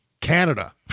Canada